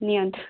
ନିଅନ୍ତୁ